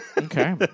Okay